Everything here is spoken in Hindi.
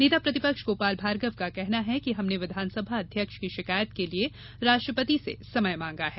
नेता प्रतिपक्ष गोपाल भार्गव का कहना है कि हमने विधानसभा अध्यक्ष की शिकायत के लिये राष्ट्रपति से समय मांगा है